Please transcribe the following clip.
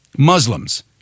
Muslims